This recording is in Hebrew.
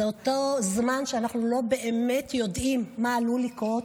זה אותו זמן שאנחנו לא באמת יודעים מה עלול לקרות.